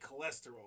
cholesterol